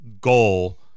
goal